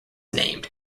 named